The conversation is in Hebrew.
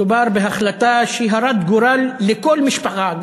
מדובר בהחלטה שהיא הרת גורל לכל משפחה.